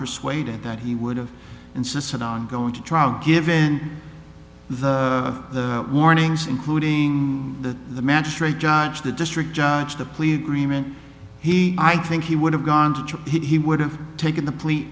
persuaded that he would have insisted on going to trial given the warnings including the the magistrate judge the district judge the plea agreement he i think he would have gone to jail he would have taken the plea